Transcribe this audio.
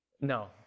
no